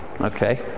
Okay